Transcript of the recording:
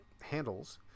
handles